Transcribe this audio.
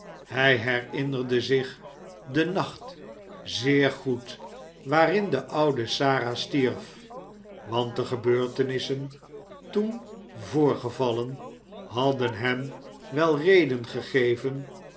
hij herinnerde zich den nacht zeer goed waarin de oude sara stierf want de gebeurtenissen toen voorgevallen hadden hem wel reden gegeven